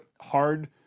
hard